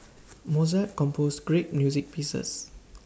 Mozart composed great music pieces